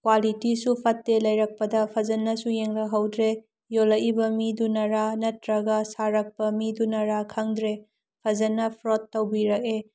ꯀ꯭ꯋꯥꯂꯤꯇꯤꯁꯨ ꯐꯠꯇꯦ ꯂꯩꯔꯛꯄꯗ ꯐꯖꯟꯅꯁꯨ ꯌꯦꯡꯂꯛꯍꯧꯗ꯭ꯔꯦ ꯌꯣꯜꯂꯛꯏꯕ ꯃꯤꯗꯨꯅꯔꯥ ꯅꯠꯇ꯭ꯔꯒ ꯁꯥꯔꯛꯄ ꯃꯤꯗꯨꯅꯔꯥ ꯈꯪꯗ꯭ꯔꯦ ꯐꯖꯅ ꯐ꯭ꯔꯣꯠ ꯇꯧꯕꯤꯔꯛꯑꯦ